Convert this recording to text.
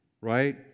right